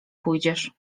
pójdziesz